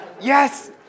yes